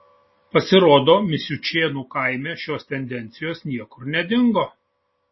pasirodo misiučėnų kaime šios tendencijos niekur nedingo